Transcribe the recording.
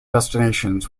destinations